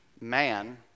man